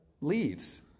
leaves